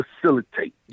facilitate